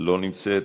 לא נמצאת,